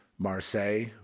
Marseille